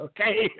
Okay